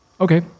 Okay